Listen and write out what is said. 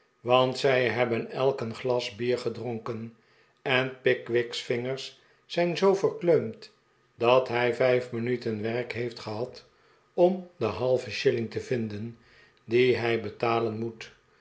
want zij hebben elk een glas bier gedronken en pickwick's vingers zijn zoo verkleumd dat hij vijf minuten werk heeft gehad om den halven shilling te vinden dien hij betalen moet